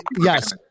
yes